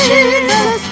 Jesus